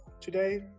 today